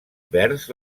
vers